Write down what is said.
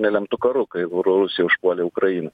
nelemtu karu kai rusija užpuolė ukrainą